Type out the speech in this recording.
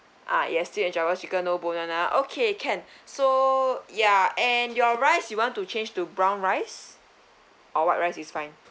uh yes sweet and sour chicken no bone one ah okay can so ya and your rice you want to change to brown rice or white rice is fine